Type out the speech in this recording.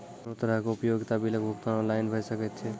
कुनू तरहक उपयोगिता बिलक भुगतान ऑनलाइन भऽ सकैत छै?